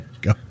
go